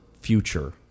future